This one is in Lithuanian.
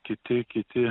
kiti kiti